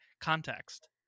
context